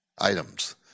items